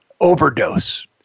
overdose